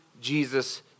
Jesus